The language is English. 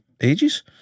ages